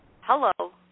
hello